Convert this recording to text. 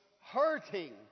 hurting